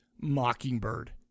Mockingbird